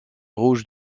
rouge